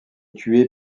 tué